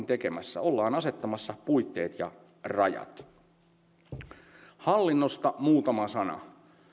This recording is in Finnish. tekemässä ollaan asettamassa puitteet ja rajat hallinnosta muutama sana hallinnollinen